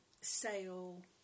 sale